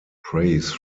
praise